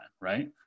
Right